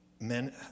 Men